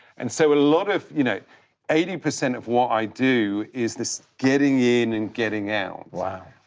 and so a lot of, you know eighty percent of what i do is this getting in and getting out. wow.